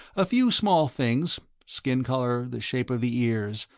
a few small things skin color, the shape of the ears,